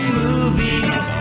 movies